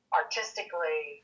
artistically